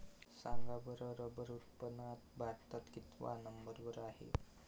सांगा बरं रबर उत्पादनात भारत कितव्या नंबर वर आहे?